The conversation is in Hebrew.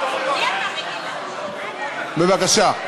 בבקשה,